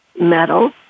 metal